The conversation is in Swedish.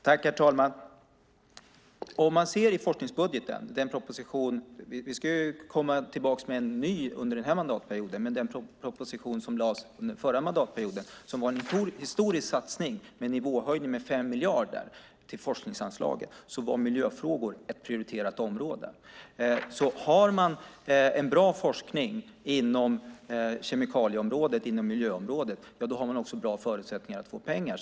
Herr talman! Vi ska komma tillbaka med en ny forskningsproposition under den här mandatperioden, men den proposition som lades fram under den förra mandatperioden innebar en historisk satsning med en nivåhöjning på 5 miljarder till forskningsanslaget. Där var miljöfrågor ett prioriterat område. Har man en bra forskning på kemikalieområdet eller på miljöområdet har man också bra förutsättningar att få pengar.